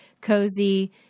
cozy